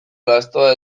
lastoa